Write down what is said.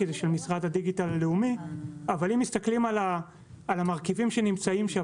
אבל אם מסתכלים על המרכיבים שנמצאים שם